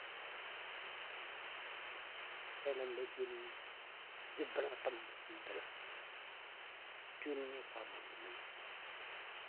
Bu kwaamago gəm kang, nan kelan la joulni, jə bəlatəm n bəla joulni kwaamago a nən ni.